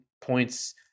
points